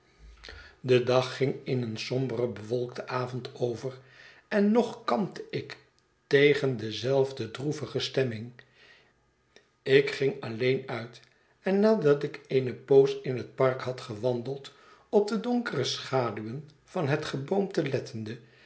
de dag ging in een somberen bewolkten avond over en nog kampte ik tegen dezelfde droevige stemming ik ging alleen uit en nadat ik eene poos in het park had gewandeld op de donkere schaduwen van het geboomte lettende